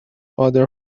other